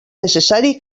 necessari